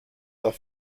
auch